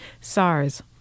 SARS